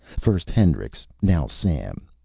first hendrix, now sam.